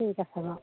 ঠিক আছে বাৰু